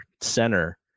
center